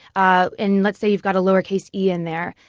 ah and let's say you've got a lowercase e in there.